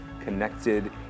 connected